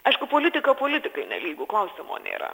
aišku politika politikai nelygu klausimo nėra